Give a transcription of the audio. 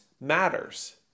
matters